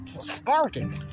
sparking